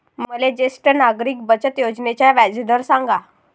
मले ज्येष्ठ नागरिक बचत योजनेचा व्याजदर सांगा